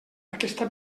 aquesta